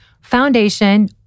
foundation